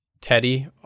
Teddy